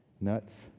nuts